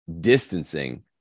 distancing